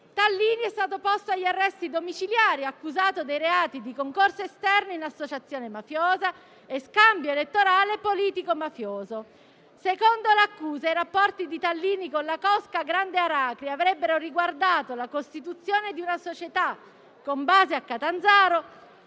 Tallini è stato posto agli arresti domiciliari, accusato dei reati di concorso esterno in associazione mafiosa e scambio elettorale politico-mafioso. Secondo l'accusa, i rapporti di Tallini con la cosca Grande Aracri avrebbero riguardato la costituzione di una società con base a Catanzaro